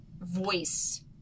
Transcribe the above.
voice